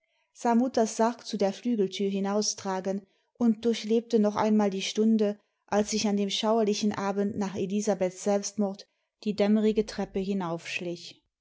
mutters sarg zu der flügeltür hinaustragen und durchlebte noch einmal die stimde als ich an dem schauerlichen abend nach elisabeths selbstmord die dämmrige treppe